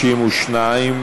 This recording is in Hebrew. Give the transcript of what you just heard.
52,